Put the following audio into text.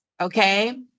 Okay